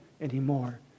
anymore